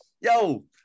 Yo